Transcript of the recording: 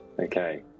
Okay